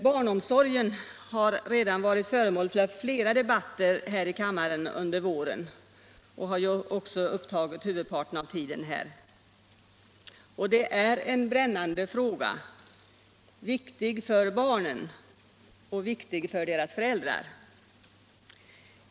Barnomsorgen har redan varit föremål för flera debatter här i kammaren under våren och har också upptagit huvudparten av tiden här. Det är en brännande fråga, viktig för barnen och viktig för deras föräldrar.